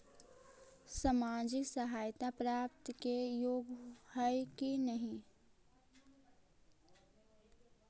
सामाजिक सहायता प्राप्त के योग्य हई कि नहीं?